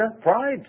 Pride